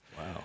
wow